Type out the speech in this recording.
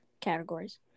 Categories